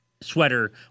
sweater